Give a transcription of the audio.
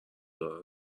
دار